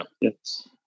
Yes